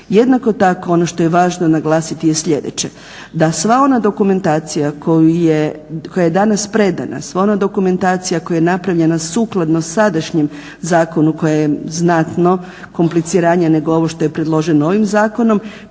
Jednako tako ono što je važno naglasiti je sljedeće, da sva ona dokumentacija koja je danas predana, sva ona dokumentacija koja je napravljena sukladno sadašnjem zakonu koja je znatno kompliciranija nego ovo što je predloženo ovim zakonom,